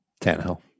Tannehill